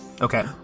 Okay